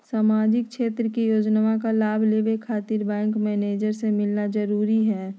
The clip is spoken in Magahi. सामाजिक क्षेत्र की योजनाओं का लाभ लेने खातिर हमें बैंक मैनेजर से मिलना जरूरी है?